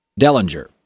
Dellinger